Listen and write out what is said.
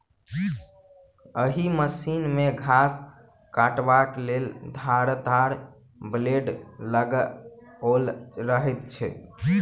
एहि मशीन मे घास काटबाक लेल धारदार ब्लेड लगाओल रहैत छै